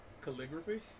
Calligraphy